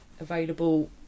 available